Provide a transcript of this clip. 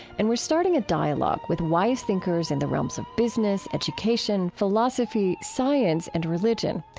and we're starting a dialogue with wise thinkers in the realms of business, education, philosophy, science, and religion.